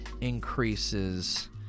increases